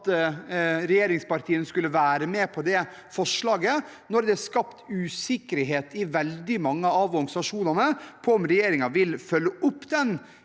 at regjeringspartiene skulle være med på det forslaget, når det er skapt usikkerhet i veldig mange av organisasjonene rundt hvorvidt regjeringen vil følge opp den